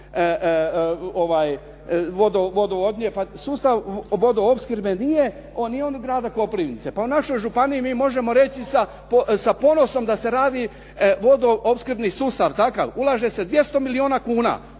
vodoodvodnje, pa sustav vodoopskrbe nije, on nije od grada Koprivnice. Pa u našoj županiji možemo reći sa ponosom da se radi vodoopskrbni sustav takav, ulaže se 200 milijuna kuna.